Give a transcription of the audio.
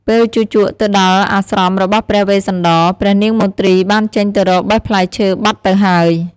ពេលជូជកទៅដល់អាស្រមរបស់ព្រះវេស្សន្តរ ព្រះនាងមទ្រីបានចេញទៅរកបេះផ្លែឈើបាត់ទៅហើយ។